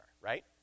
right